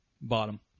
Bottom